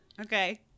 Okay